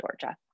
georgia